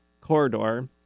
corridor